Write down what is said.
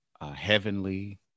heavenly